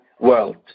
world